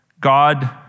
God